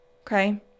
Okay